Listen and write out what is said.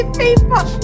people